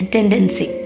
Tendency